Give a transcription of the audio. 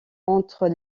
entre